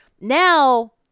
Now